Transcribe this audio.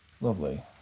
Lovely